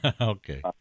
Okay